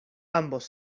ambos